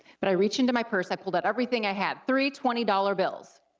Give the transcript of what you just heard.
but i reach into my purse, i pulled out everything i had, three twenty dollar bills,